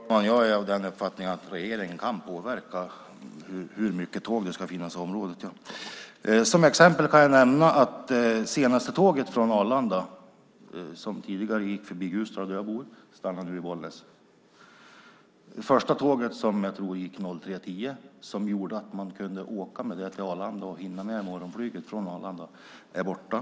Fru talman! Jag är av den uppfattningen att regeringen kan påverka hur många tåg det ska finnas i området. Som exempel kan jag nämna att det senaste tåget från Arlanda som tidigare gick förbi Ljusdal, där jag bor, nu stannar i Bollnäs. Det första tåget gick 03.10, tror jag. Man kunde åka med det till Arlanda och hinna med morgonflyget därifrån. Det är borta.